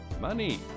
Money